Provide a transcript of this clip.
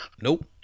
Nope